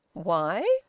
why?